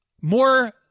more